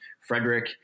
Frederick